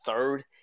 third